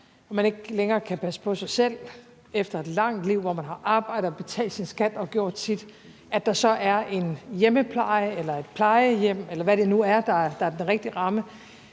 og ikke længere kan passe på sig selv, efter et langt liv, hvor man har arbejdet og betalt sin skat og gjort sit, at der så er en hjemmepleje eller et plejehjem, eller hvad det nu er, der er den rigtige ramme,